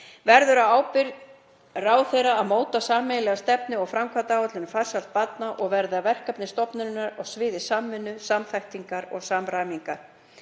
Verður á ábyrgð ráðherra að móta sameiginlega stefnu og framkvæmdaáætlun um farsæld barna og verða verkefni stofnunarinnar á sviði samvinnu, samþættingar og samræmingar.